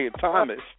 Thomas